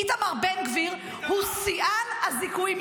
איתמר בן גביר הוא שיאן הזיכויים.